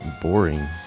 Boring